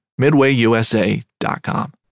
MidwayUSA.com